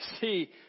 see